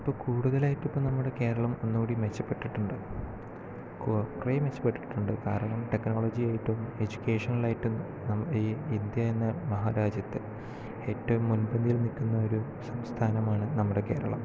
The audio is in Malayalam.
ഇപ്പോൾ കൂടുതലായിട്ടും ഇപ്പോൾ നമ്മുടെ കേരളം ഒന്നൂടി മെച്ചപ്പെട്ടിട്ടുണ്ട് കൊ കുറെ മെച്ചപ്പെട്ടിട്ടുണ്ട് കാരണം ടെക്കനോളജി ആയിട്ടും എഡ്യൂക്കേഷണലായിട്ടും നമ്മുടെ ഈ ഇന്ത്യ എന്ന മഹാരാജ്യത്ത് ഏറ്റവും മുൻപന്തിയിൽ നിൽക്കുന്ന ഒരു സംസ്ഥാനമാണ് നമ്മുടെ കേരളം